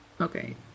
okay